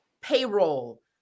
payroll